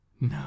No